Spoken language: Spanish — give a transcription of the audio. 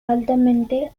altamente